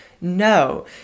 No